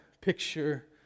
picture